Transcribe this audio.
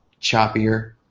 choppier